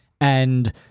And-